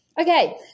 Okay